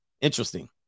Interesting